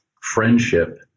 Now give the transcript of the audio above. friendship